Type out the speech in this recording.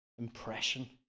impression